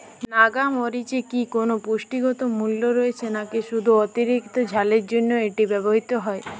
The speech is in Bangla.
নাগা মরিচে কি কোনো পুষ্টিগত মূল্য রয়েছে নাকি শুধু অতিরিক্ত ঝালের জন্য এটি ব্যবহৃত হয়?